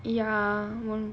ya won't